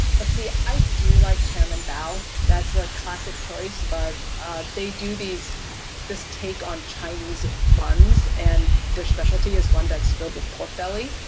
but see, i do like chairman bow. that's a classic choice but they do these take on chinese buns and their specialty is one that's filled with pork belly.